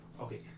Okay